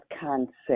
concept